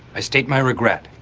i state my regret,